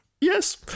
Yes